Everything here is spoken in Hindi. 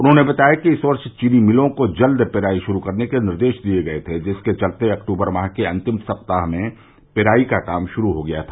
उन्होंने बताया कि इस वर्ष चीनी मिलों को जल्द पेराई शुरू करने के निर्देश दिये गये थे जिसके चलते अक्टूबर माह के अन्तिम सप्ताह में पेराई का काम शुरू हो गया था